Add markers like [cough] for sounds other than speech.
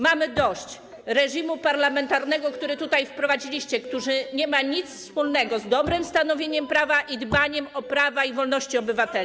Mamy dość reżimu parlamentarnego, [noise] który tutaj wprowadziliście, który nie ma nic wspólnego z dobrym stanowieniem prawa i z dbaniem o prawa i wolności obywateli.